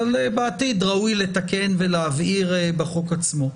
אבל בעתיד ראוי לתקן ולהבהיר בחוק עצמו.